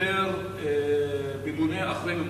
לפטר ממונה אחרי ממונה,